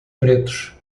pretos